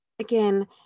again